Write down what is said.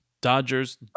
Dodgers